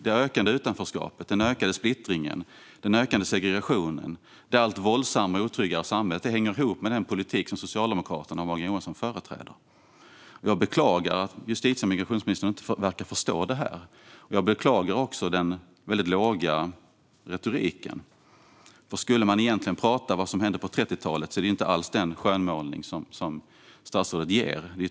Det ökande utanförskapet, den ökade splittringen, den ökade segregationen och det allt våldsammare och otryggare samhället hänger ihop med den politik som Socialdemokraterna och Morgan Johansson företräder. Jag beklagar att justitie och migrationsministern inte verkar förstå det här. Jag beklagar också den väldigt låga nivån på retoriken, för skulle man prata om vad som egentligen hände på 30-talet skulle det inte alls vara den skönmålning som statsrådet gör.